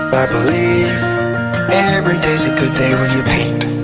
i believe and every day is a good day when you paint.